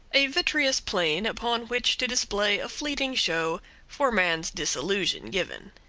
a vitreous plane upon which to display a fleeting show for man's disillusion given.